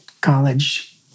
College